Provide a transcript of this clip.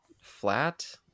flat